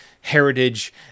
heritage